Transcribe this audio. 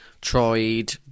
Tried